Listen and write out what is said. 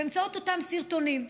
באמצעות אותם סרטונים.